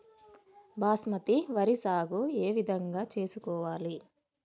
బాస్మతి వరి సాగు ఏ విధంగా చేసుకోవాలి?